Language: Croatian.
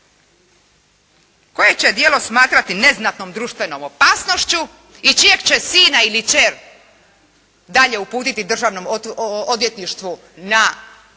koje će djelo smatrati neznatnom društvenom opasnošću i čijeg će sina ili kćer dalje uputiti Državnom odvjetništvu na procesuiranje